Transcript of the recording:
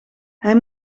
hij